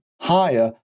higher